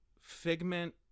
Figment